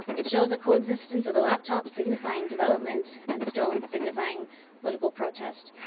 it shows a coexistence of a laptop, signifying development, and stones, signifying political protest.